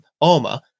armor